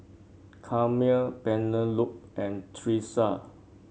Carmel Penelope and Tresa